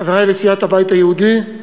חברי לסיעת הבית היהודי,